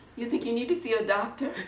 you think you need to see a doctor?